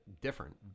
different